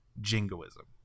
jingoism